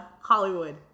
Hollywood